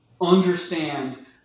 understand